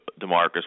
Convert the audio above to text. DeMarcus